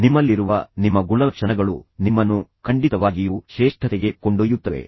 ಆದರೆ ಈ ಹಂತದಲ್ಲಿ ನಾನು ಅವರು ಮಾತನಾಡುವ 1 ಭಾಗ 1 ಸಂಚಿಕೆ 1 ದಂತಕಥೆಯ ಮೇಲೆ ಮಾತ್ರ ಗಮನ ಹರಿಸುತ್ತೇನೆ